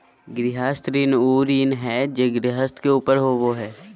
गृहस्थ ऋण उ ऋण हइ जे गृहस्थ के ऊपर होबो हइ